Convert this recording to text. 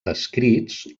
descrits